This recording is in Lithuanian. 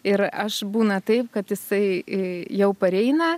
ir aš būna taip kad jisai jau pareina